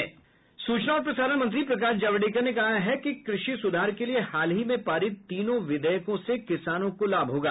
सूचना और प्रसारण मंत्री प्रकाश जावड़ेकर ने कहा है कि कृषि सुधार के लिए हाल ही में पारित तीनों विधेयकों से किसानों को लाभ होगा